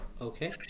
Okay